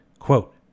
Quote